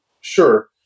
Sure